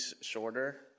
shorter